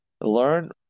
learn